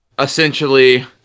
essentially